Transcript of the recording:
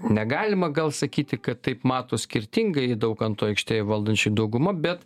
negalima gal sakyti kad taip mato skirtingai daukanto aikštė ir valdančioji dauguma bet